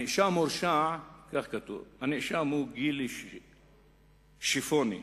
הנאשם הוא גילי שיפוני.